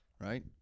right